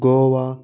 Goa